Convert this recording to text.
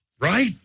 Right